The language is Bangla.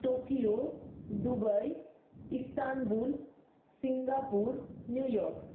Tokyo Dubai Istanbul Singapore New York